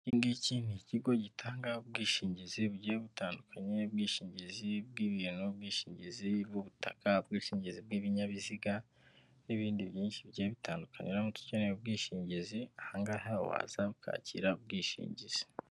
Iki ngiki ni ikigo gitanga ubwishingizi bugiye butandukanye, ubwishingizi bw'ibintu, ubwishingizi, ubwishingizi bw'ibinyabiziga, n'ibindi byinshi bigiye bitandukanye, uramutse ukeneye ubwishingizi, aha ngaha waza ukakira ubwishingizi.